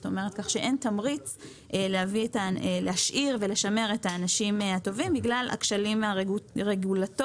כך שאין תמריץ להשאיר ולשמר את האנשים הטובים בגלל הכשלים הרגולטוריים